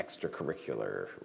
extracurricular